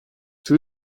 two